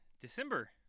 December